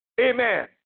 amen